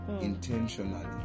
intentionally